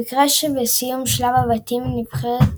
במקרה שבסיום שלב הבתים הנבחרות